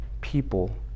people